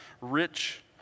rich